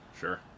sure